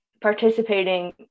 participating